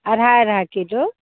अढ़ा अढ़ा किलो